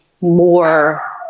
more